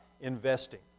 investing